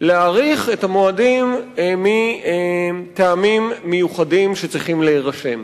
להאריך את המועדים מטעמים מיוחדים שצריכים להירשם.